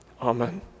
Amen